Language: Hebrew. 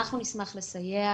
אנחנו נשמח לסייע.